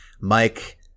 Mike